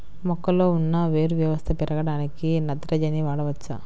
మొక్కలో ఉన్న వేరు వ్యవస్థ పెరగడానికి నత్రజని వాడవచ్చా?